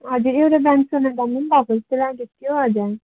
हजुर एउटा ब्रान्च सोनादामा भएको जस्तो लागेको थियो हजुर